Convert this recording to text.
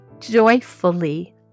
joyfully